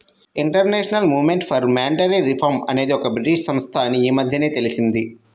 international Movement for Monetary Reform అనేది ఒక British సంస్థ అని ఈ మధ్యనే తెలిసింది